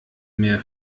mehr